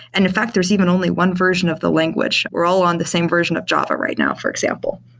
and in fact, there's even only one version of the language. we're all on the same version of java right now, for example,